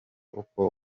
uko